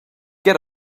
get